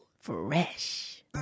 Fresh